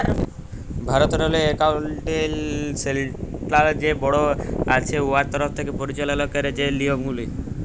ভারতেরলে accounting standard যে board আছে উয়ার তরফ থ্যাকে পরিচাললা ক্যারে যে লিয়মগুলা